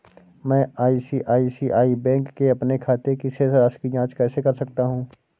मैं आई.सी.आई.सी.आई बैंक के अपने खाते की शेष राशि की जाँच कैसे कर सकता हूँ?